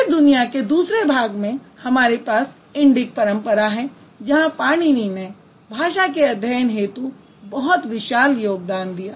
फिर दुनिया के दूसरे भाग में हमारे पास इंडिक परंपरा है जहां पाणिनी ने भाषा के अध्ययन हेतु बहुत विशाल योगदान दिया